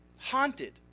haunted